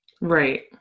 Right